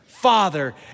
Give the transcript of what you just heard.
Father